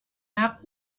nach